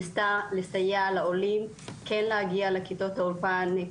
ניסתה לסייע לעולים כן להגיע לכיתות האולפן,